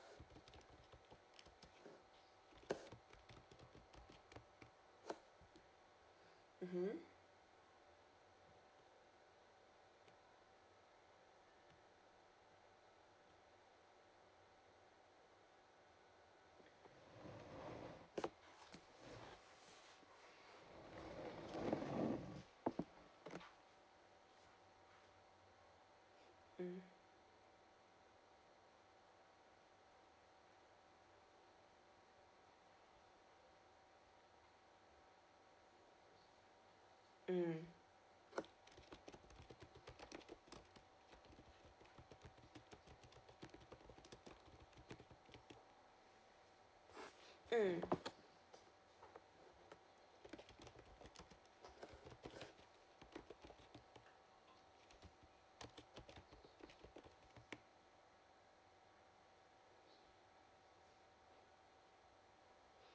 mmhmm mm mm mm